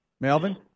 Melvin